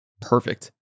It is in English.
perfect